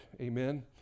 Amen